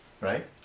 right